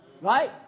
right